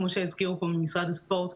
כמו שהזכירו פה ממשרדה הספורט,